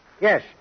Yes